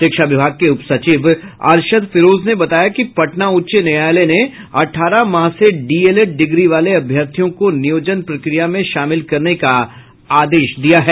शिक्षा विभाग के उप सचिव अरशद फिरोज ने बताया कि पटना उच्च न्यायालय ने अठारह माह से डीएलएड डिग्री वाले अभ्यर्थियों को नियोजन प्रक्रिया में शामिल करने का आदेश दिया है